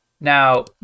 Now